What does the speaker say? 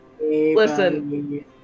Listen